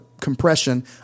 compression